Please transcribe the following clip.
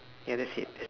ya that's it